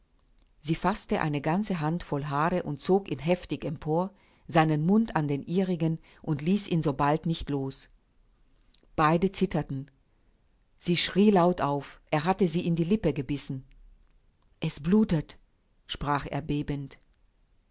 sie faßte eine ganze hand voll haare zog ihn heftig empor seinen mund an den ihrigen und ließ ihn sobald nicht los beide zitterten sie schrie laut auf er hatte sie in die lippe gebissen es blutet sprach er bebend